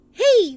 hey